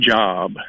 job